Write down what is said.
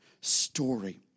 story